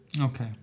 Okay